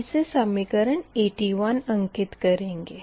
इसे समीकरण 81 अंकित करेंगे